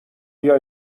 بیا